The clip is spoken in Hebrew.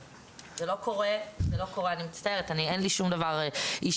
אני מצטערת, אין לי שום דבר אישי.